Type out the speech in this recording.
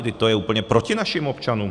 Vždyť to je úplně proti našim občanům.